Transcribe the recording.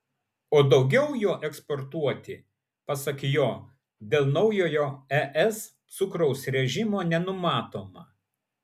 o daugiau jo eksportuoti pasak jo dėl naujojo es cukraus režimo nenumatoma